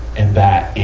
in that